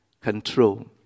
control